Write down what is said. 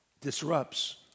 disrupts